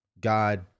God